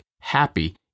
happy